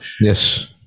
Yes